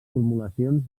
formulacions